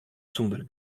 sûnder